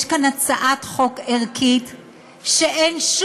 יש כאן הצעת חוק ערכית,